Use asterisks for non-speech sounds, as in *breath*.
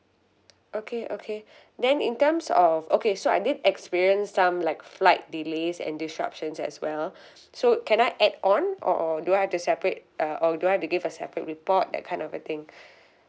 okay okay *breath* then in terms of okay so I did experience some like flight delays and disruptions as well *breath* so can I add on or or do I have to separate uh or do I to give a separate report that kind of a thing